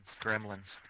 Gremlins